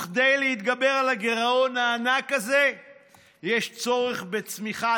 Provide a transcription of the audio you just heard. וכדי להתגבר על הגירעון הענק הזה יש צורך בצמיחה